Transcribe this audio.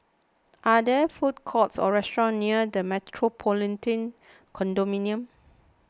are there food courts or restaurants near the Metropolitan Condominium